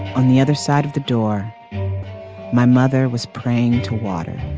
on the other side of the door my mother was praying to water